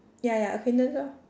ya ya acquaintance lor